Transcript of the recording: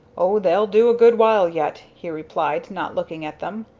o they'll do a good while yet, he replied, not looking at them.